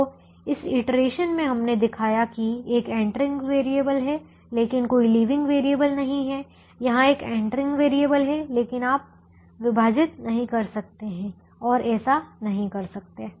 तो इस इटरेशन में हमने दिखाया कि एक एंटरिंग वेरिएबल है लेकिन कोई लीविंग वेरिएबल नहीं है यहाँ एक एंटरिंग वेरिएबल है लेकिन आप विभाजित नहीं कर सकते हैं और ऐसा नहीं कर सकते है